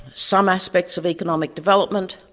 some aspects of economic development,